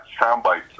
Soundbites